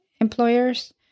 employers